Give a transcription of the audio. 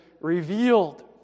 revealed